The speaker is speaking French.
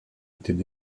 étaient